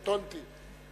קטונתי.